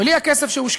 בלי הכסף שהושקע,